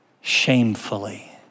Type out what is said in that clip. shamefully